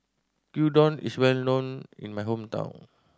gyudon is well known in my hometown